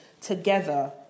together